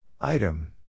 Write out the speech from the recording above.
Item